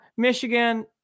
michigan